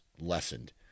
lessened